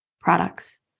products